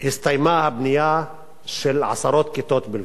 הסתיימה הבנייה של עשרות כיתות בלבד.